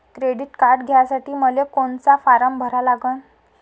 Credit card घ्यासाठी मले कोनचा फारम भरा लागन?